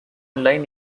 line